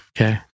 Okay